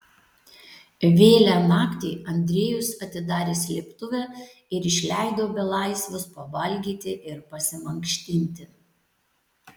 vėlią naktį andrejus atidarė slėptuvę ir išleido belaisvius pavalgyti ir pasimankštinti